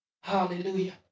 Hallelujah